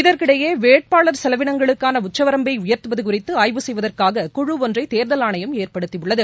இதற்கிடையே வேட்பாளர் செலவினங்களுக்கான உச்சவரம்பை உயர்த்துவது குறித்து ஆய்வு செய்வதற்காக குழு ஒன்றை தேர்தல் ஆணையம் ஏற்படுத்தியுள்ளது